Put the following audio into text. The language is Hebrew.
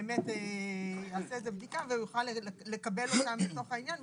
באמת יעשה איזה בדיקה ויוכל לקבל אותם בתוך העניין,